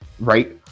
right